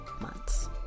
months